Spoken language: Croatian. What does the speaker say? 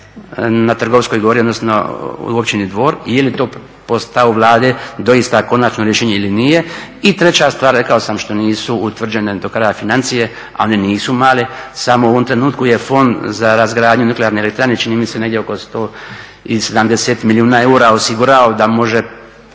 na Trgovskoj gori, odnosno u općini Dvor i je li to po stavu Vlade doista konačno rješenje ili nije. I treća stvar rekao sam što nisu utvrđene do kraja financije, a one nisu male. Samo u ovom trenutku je Fond za razgradnju Nuklearne elektrane čini mi se negdje oko 170 milijuna eura osigurao da može